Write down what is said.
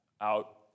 out